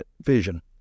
vision